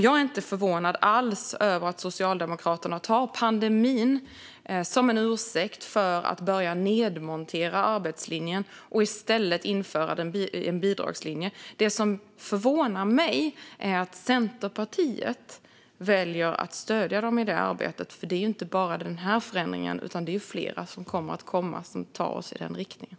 Jag är inte alls förvånad över att Socialdemokraterna tar pandemin som ursäkt för att börja nedmontera arbetslinjen och i stället införa en bidragslinje. Det som förvånar mig är att Centerpartiet väljer att stödja dem i det arbetet. Det handlar inte bara om den här förändringen, utan det kommer att komma fler som tar oss i den riktningen.